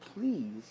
please